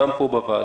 גם פה בוועדה,